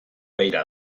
beira